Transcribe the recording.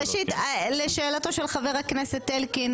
ראשית, לשאלתו של חבר הכנסת אלקין